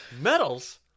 Medals